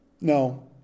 No